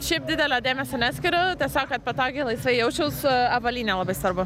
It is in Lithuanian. šiaip didelio dėmesio neskiriu tiesiog kad patogiai laisvai jausčiaus avalynė labai svarbu